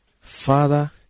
Father